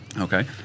Okay